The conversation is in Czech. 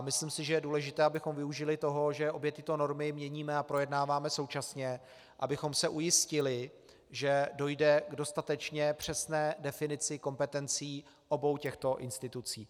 Myslím si, že je důležité, abychom využili toho, že obě tyto normy měníme a projednáváme současně, abychom se ujistili, že dojde k dostatečně přesné definici kompetencí obou těchto institucí.